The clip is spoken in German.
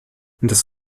das